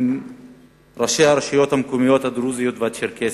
עם ראשי הרשויות המקומיות הדרוזיות והצ'רקסיות,